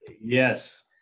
Yes